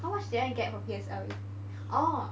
how much did I get for P_S_L_E orh